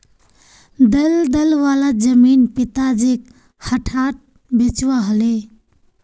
दलदल वाला जमीन पिताजीक घटाट बेचवा ह ले